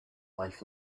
life